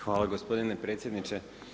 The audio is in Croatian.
Hvala gospodine predsjedniče.